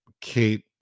Kate